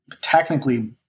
technically